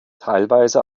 teilweise